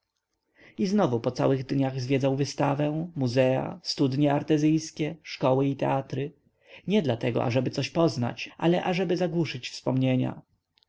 i znowu po całych dniach zwiedzał wystawę muzea studnie artezyjskie szkoły i teatry nie dlatego ażeby coś poznać ale ażeby zagłuszyć wspomnienia